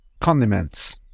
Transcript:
condiments